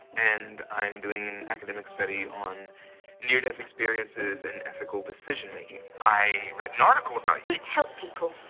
and i'm doing an academic study on near-death experiences and ethical decision-making. i read an article about you will it help people?